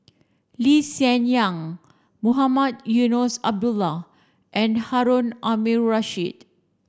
Lee Hsien Yang Mohamed Eunos Abdullah and Harun Aminurrashid